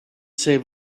save